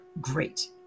great